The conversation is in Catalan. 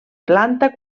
planta